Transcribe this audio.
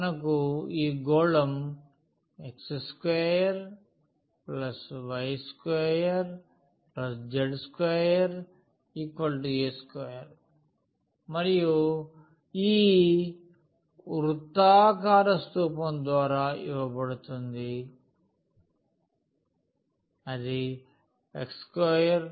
మనకు ఈ గోళం x2y2z2a2 మరియు ఈ వృత్తాకార స్థూపం ద్వారా ఇవ్వబడుతుంది x2y2 ax